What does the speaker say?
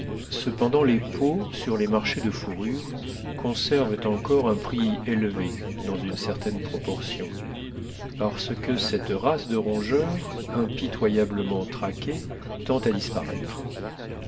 cependant les peaux sur les marchés de fourrures conservent encore un prix élevé dans une certaine proportion parce que cette race de rongeurs impitoyablement traquée tend à disparaître